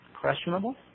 questionable